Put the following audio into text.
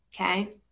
okay